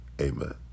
amen